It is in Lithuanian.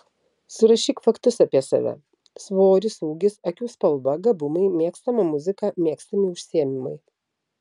surašyk faktus apie save svoris ūgis akių spalva gabumai mėgstama muzika mėgstami užsiėmimai